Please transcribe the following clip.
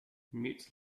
mutes